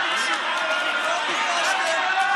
לא ביקשתם.